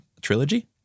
trilogy